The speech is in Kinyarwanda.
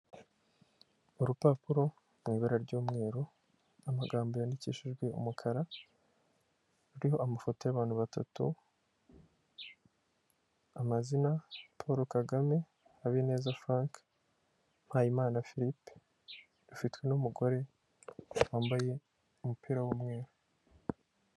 Urupapuro mu ibara ry'umweru, amagambo yandikishijwe umukara, ruriho amafoto y'abantu batatu, amazina Polo Kagame, Habineza Furanke, Mpayimana filipe, rufitwe n'umugore wambaye umupira w'umweru.